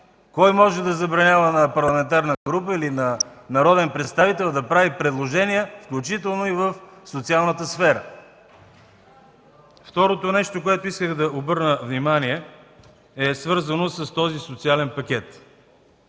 Кой може да забранява на парламентарна група или на народен представител да прави предложения, включително и в социалната сфера? Второто нещо, на което исках да обърна внимание, е свързано с този социален пакет.